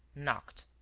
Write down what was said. knocked.